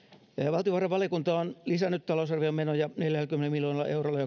valtiovarainvaliokunta on lisännyt talousarvion menoja neljälläkymmenellä miljoonalla eurolla